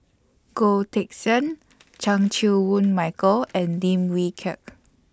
Goh Teck Sian Chan Chew Woon Michael and Dim Wee Kiak